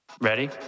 Ready